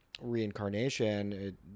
reincarnation